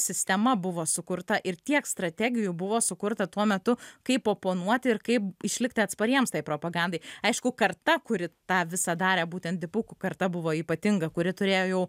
sistema buvo sukurta ir tiek strategijų buvo sukurta tuo metu kaip oponuoti ir kaip išlikti atspariems propagandai aišku karta kuri tą visa darė būtent dipukų karta buvo ypatinga kuri turėjo jau